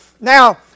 Now